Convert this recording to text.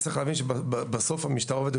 צריך להבין שבסוף המשטרה עובדת